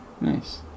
Nice